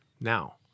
Now